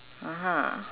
(uh huh)